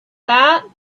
that